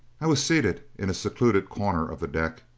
i was seated in a secluded corner of the deck,